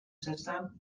system